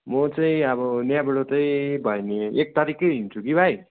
म चाहिँ अब यहाँबाट चाहिँ भयो भने एक तारिखै हिँड्छु कि भाइ